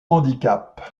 handicap